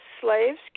Slaves